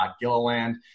Gilliland